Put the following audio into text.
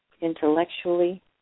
intellectually